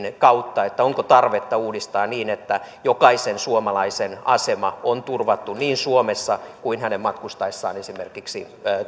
kautta tarvetta uudistaa niin että jokaisen suomalaisen asema on turvattu niin suomessa kuin hänen matkustaessaan esimerkiksi